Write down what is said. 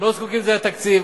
לא זקוקים לתקציב,